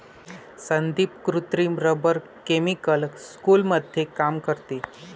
संदीप कृत्रिम rubber chemical स्कूलमध्ये काम करते